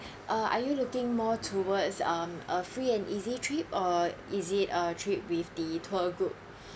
uh are you looking more towards um a free and easy trip or is it a trip with the tour group